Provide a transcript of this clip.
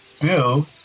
Bill